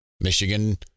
Michigan